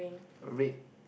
red